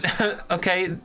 Okay